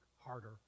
harder